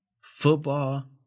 football